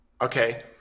okay